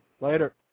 Later